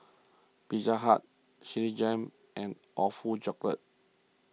Pizza Hut Citigem and Awfully Chocolate